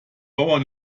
bauer